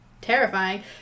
terrifying